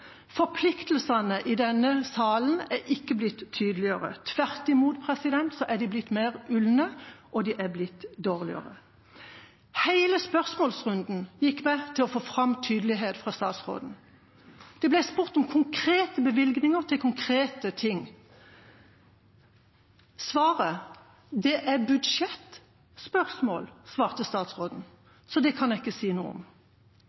Forpliktelsene i denne salen har ikke blitt tydeligere. Tvert imot har de blitt mer ulne og dårligere. Hele spørsmålsrunden gikk med til å få fram tydelighet fra statsråden. Det ble spurt om konkrete bevilgninger til konkrete ting. Svaret? Det er budsjettspørsmål, svarte statsråden, så det kan jeg ikke si noe om.